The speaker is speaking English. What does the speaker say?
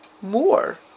more